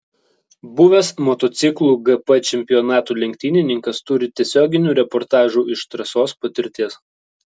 buvęs motociklų gp čempionatų lenktynininkas turi tiesioginių reportažų iš trasos patirties